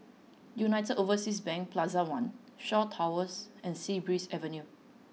United Overseas Bank Plaza One Shaw Towers and Sea Breeze Avenue